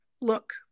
look